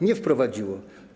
Nie wprowadziło.